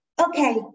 okay